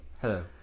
Hello